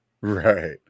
right